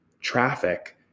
traffic